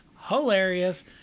hilarious